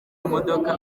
imodoka